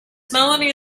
melanie